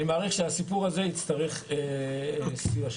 אני מעריך שהסיפור הזה יצטרך סיוע שלך.